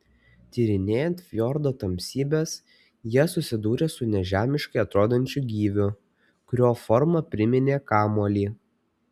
tyrinėjant fjordo tamsybes jie susidūrė su nežemiškai atrodančiu gyviu kurio forma priminė kamuolį